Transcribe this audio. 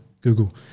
Google